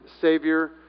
Savior